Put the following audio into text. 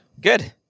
Good